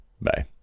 Bye